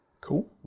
Cool